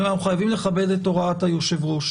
אבל אנחנו חייבים לכבד את הוראת היושב-ראש.